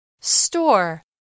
Store